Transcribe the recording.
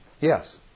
Yes